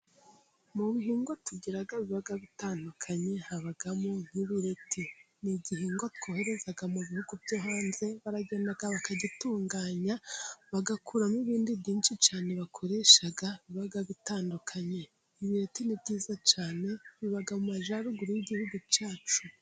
Mu bihingwa tugira biba bitandukanye habamo nk'ibireti, ni igihingwa twohereza mu bihugu byo hanze, baragenda bakagitunganya bagakuramo ibindi byinshi cyane bakoresha biba bitandukanye. Ibireti ni byiza cyane biba mu majyaruguru y'igihugu cyacu.